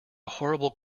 horrible